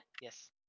Yes